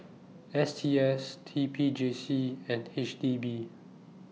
S T S T P J C and H D B